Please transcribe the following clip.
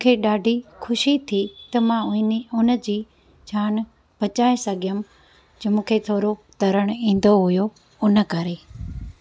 मूंखे ॾाढी ख़ुशी थी त मां उइनि हुनजी जान बचाए सघियसि जो मूंखे थोरो तरणु ईंदो हुयो इनकरे